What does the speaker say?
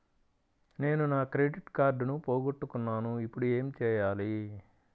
నేను నా క్రెడిట్ కార్డును పోగొట్టుకున్నాను ఇపుడు ఏం చేయాలి?